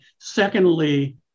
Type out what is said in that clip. Secondly